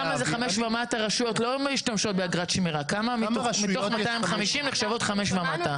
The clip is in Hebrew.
כמה רשויות לא משתמשות באגרת שמירה נחשבות 5 ומטה?